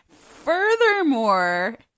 Furthermore